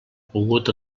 pogut